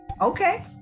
okay